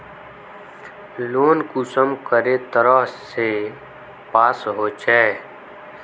Loan कुंसम करे तरह से पास होचए?